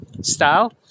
style